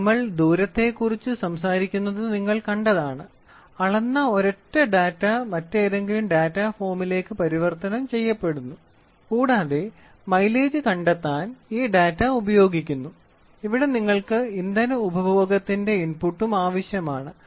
അതിനാൽ നമ്മൾ ദൂരത്തെക്കുറിച്ച് സംസാരിക്കുന്നത് നിങ്ങൾ കണ്ടതാണ് അളന്ന ഒരൊറ്റ ഡാറ്റ മറ്റേതെങ്കിലും ഡാറ്റാ ഫോമിലേക്ക് പരിവർത്തനം ചെയ്യപ്പെടുന്നു കൂടാതെ മൈലേജ് കണ്ടെത്താൻ ഈ ഡാറ്റ ഉപയോഗിക്കുന്നു ഇവിടെ നിങ്ങൾക്ക് ഇന്ധന ഉപഭോഗത്തിന്റെ ഇൻപുട്ടും ആവശ്യമാണ്